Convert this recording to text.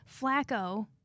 Flacco